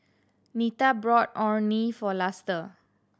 Nita bought Orh Nee for Luster